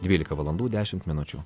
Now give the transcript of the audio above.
dvylika valandų dešimt minučių